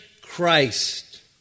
Christ